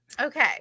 Okay